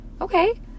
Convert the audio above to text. Okay